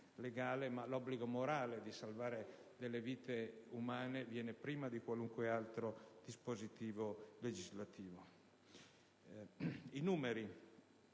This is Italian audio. ma l'obbligo morale di salvare delle vite umane viene prima di qualunque altro dispositivo legale. Passiamo ai numeri.